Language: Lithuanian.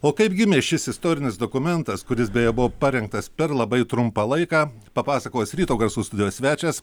o kaip gimė šis istorinis dokumentas kuris beje buvo parengtas per labai trumpą laiką papasakos ryto garsų studijos svečias